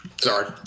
Sorry